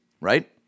right